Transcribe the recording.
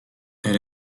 elle